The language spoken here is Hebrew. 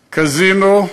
קזינו,